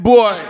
Boy